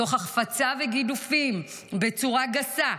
תוך הפצה וגידופים בצורה גסה,